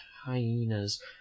hyenas